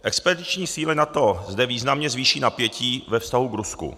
Expediční síly NATO zde významně zvýší napětí ve vztahu k Rusku.